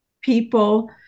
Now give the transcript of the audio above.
people